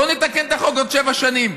בוא נתקן את החוק עוד שבע שנים?